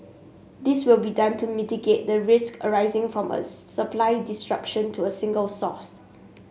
this will be done to mitigate the risks arising from a supply disruption to a single source